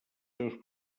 seus